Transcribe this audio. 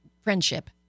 friendship